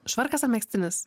švarkas megztinis